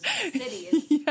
cities